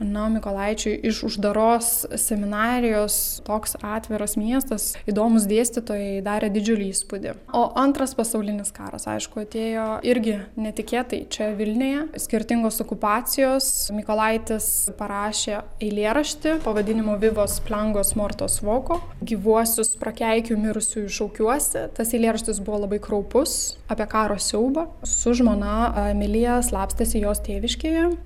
na o mykolaičiui iš uždaros seminarijos toks atviras miestas įdomūs dėstytojai darė didžiulį įspūdį o antras pasaulinis karas aišku atėjo irgi netikėtai čia vilniuje skirtingos okupacijos mykolaitis parašė eilėraštį pavadinimu vivos plangos mortos voko gyvuosius prakeikiu mirusiųjų šaukiuosi tas eilėraštis buvo labai kraupus apie karo siaubą su žmona amilija slapstėsi jos tėviškėje